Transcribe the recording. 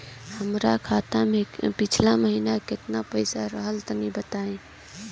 हमार खाता मे पिछला महीना केतना पईसा रहल ह तनि बताईं?